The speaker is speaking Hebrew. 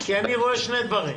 כי אני רואה שני דברים.